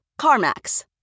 CarMax